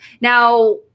Now